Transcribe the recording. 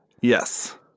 Yes